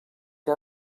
que